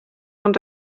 und